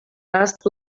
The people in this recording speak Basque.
ahaztu